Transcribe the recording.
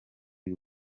y’u